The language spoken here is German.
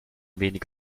wenig